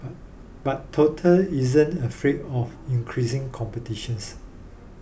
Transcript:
but total isn't afraid of increasing competitions